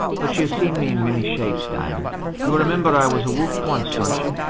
but you've seen me in many shapes, diamond you remember i was a wolf once don't you?